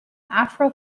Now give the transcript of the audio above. afro